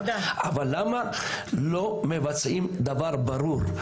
אבל למה לא מבצעים דבר ברור?